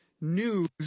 news